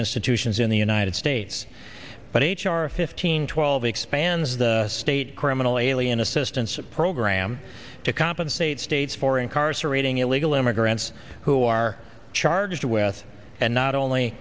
institutions in the united states but h r fifteen twelve expands the state criminal alien assistance program to compensate states for incarcerating illegal immigrants who are charged with and